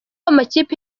amakipe